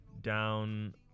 down